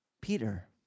Peter